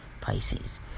Pisces